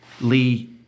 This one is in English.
Lee